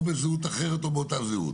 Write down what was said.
או בזהות אחרת או באותה זהות,